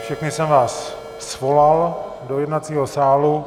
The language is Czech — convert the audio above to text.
Všechny jsem vás svolal do jednacího sálu.